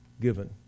given